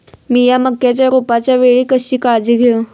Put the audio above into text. मीया मक्याच्या रोपाच्या वेळी कशी काळजी घेव?